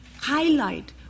highlight